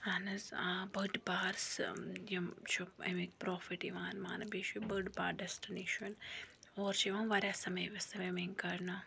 اہن حظ آ بٔڑ بار یِم چھِ اَمِکۍ پرٛافِٹ یِوان ماننہٕ بیٚیہِ چھُ بٔڑ بار ڈیسٹِنیشَن اور چھِ یِوان واریاہ سوِمِ سِومِنٛگ کَرنہٕ